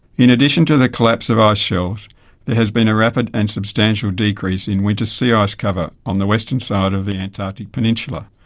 in addition to the collapse of ice shelves there has been a rapid and substantial decrease in winter sea ice cover on the western side of the antarctic peninsula.